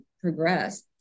progress